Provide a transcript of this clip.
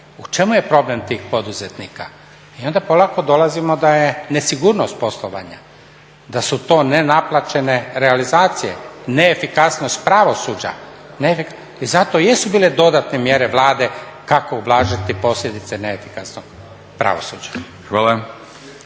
u čemu je problem tih poduzetnika? I onda polako dolazimo da je nesigurnost poslovanja, da su to nenaplaćene realizacije, neefikasnost pravosuđa i zato jesu bile dodatne mjere Vlade kako ublažiti posljedice neefikasnog pravosuđa.